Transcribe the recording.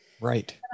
Right